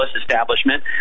establishment